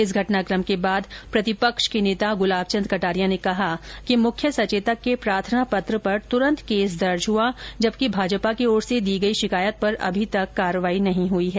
इस घटनाकम के बाद प्रतिपक्ष के नेता गुलाबचंद कटारिया ने कहा मुख्य सचेतक के प्रार्थना पत्र पर तुरंत केस दर्ज हुआ जबकि भाजपा की ओर से दी गयी शिकायत पर अभी तक कार्यवाही नहीं हुई है